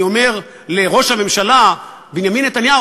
אני אומר לראש הממשלה בנימין נתניהו,